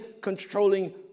controlling